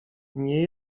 nie